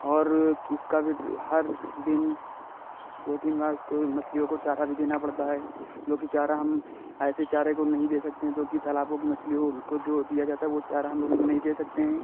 और उसका फिर हर दिन दो तीन बार उसको मछलियों को चारा भी देना पड़ता है जो कि चारा हम ऐसे चारे को हम नहीं दे सकते हैं जो कि तालाबों की मछलियों को जो दिया जाता है वह चारा हम लोग इन्हें नहीं दे सकते हैं